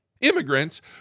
immigrants